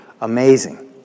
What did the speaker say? amazing